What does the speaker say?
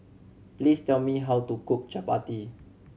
please tell me how to cook Chapati